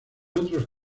otros